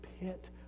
pit